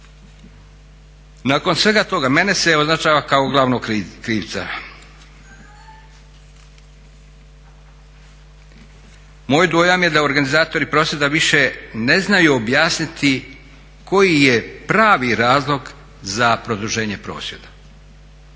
Nakon svega toga mene se označava kao glavnog krivca. Moj dojam je da organizatori prosvjeda više ne znaju objasniti koji je pravi razlog za produženje prosvjeda.